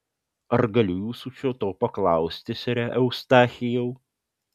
ar galiu jūsų šio to paklausti sere eustachijau